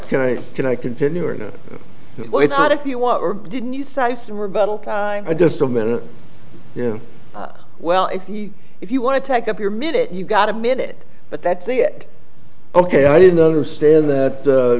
can i can i continue or not if you want or didn't you say some rebuttal time i just a minute yeah well if you if you want to take up your minute you got a minute but that's ok i didn't understand that